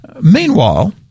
Meanwhile